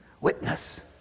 witness